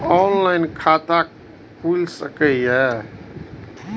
Online खाता खुल सके ये?